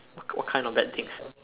what what kind of bad things